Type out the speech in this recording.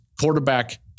quarterback